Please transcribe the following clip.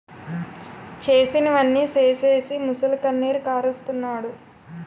చేసినవన్నీ సేసీసి మొసలికన్నీరు కారస్తన్నాడు